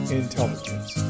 intelligence